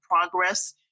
progress